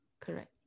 Correct